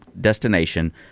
destination